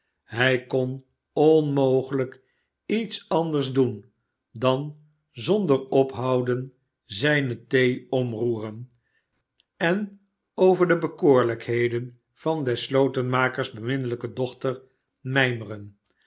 hij kon onmogelijk iets anders doen dan zonder ophouden zijne thee omroeren en over de bekoorlijkheden van des slotenmakers beminnelijke dochter mijmeren